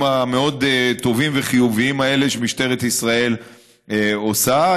המאוד-טובים וחיוביים האלה שמשטרת ישראל עושה,